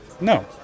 No